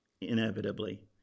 inevitably